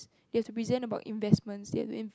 they have to present about investments they have